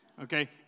okay